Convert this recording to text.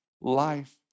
life